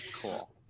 Cool